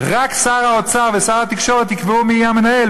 רק שר האוצר ושר התקשורת יקבעו מי יהיה המנהל,